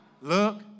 look